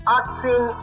acting